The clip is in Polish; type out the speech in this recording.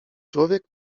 człowiek